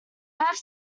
have